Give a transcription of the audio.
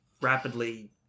rapidly